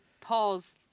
pause